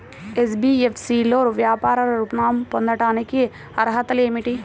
NBFC లో వ్యాపార ఋణం పొందటానికి అర్హతలు ఏమిటీ?